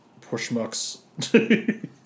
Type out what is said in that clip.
pushmucks